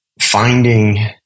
finding